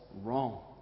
wrong